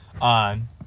on